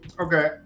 Okay